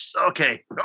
okay